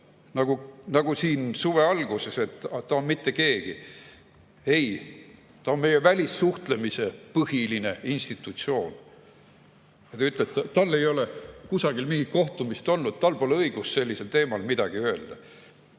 nagu siin suve alguses, et ta on mittekeegi. Ei, ta on meie välissuhtlemise põhiline institutsioon. Te ütlete, et tal ei ole kusagil mingit kohtumist olnud, tal pole õigust sellisel teemal midagi öelda.